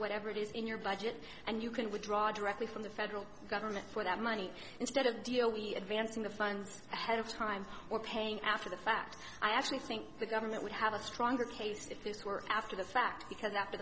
whatever it is in your budget and you can withdraw directly from the federal government for that money instead of the deal we advance in the funds ahead of time or paying after the fact i actually think the government would have a stronger case if this were after the fact because after